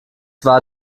war